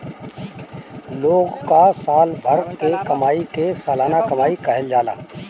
लोग कअ साल भर के कमाई के सलाना कमाई कहल जाला